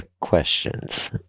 questions